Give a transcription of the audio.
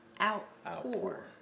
outpour